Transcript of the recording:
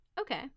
Okay